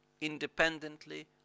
independently